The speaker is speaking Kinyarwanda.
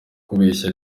kubeshya